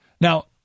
Now